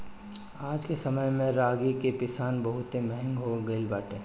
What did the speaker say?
आजके समय में रागी के पिसान बहुते महंग हो गइल बाटे